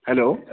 hello